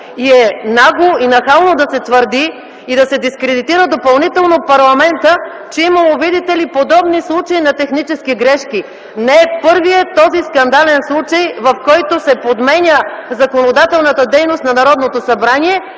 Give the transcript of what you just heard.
Нагло е и нахално да се твърди и да се дискредитира допълнително парламентът, че имало, видите ли, подобни случаи на технически грешки. Не е първият този скандален случай, в който се подменя законодателната дейност на Народното събрание